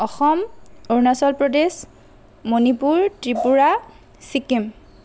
Assam Arunachal Pradesh Manipur Tripura Sikkim